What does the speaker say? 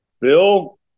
Bill